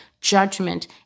judgment